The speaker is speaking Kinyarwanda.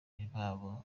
n’impamvu